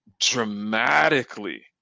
dramatically